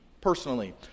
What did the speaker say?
personally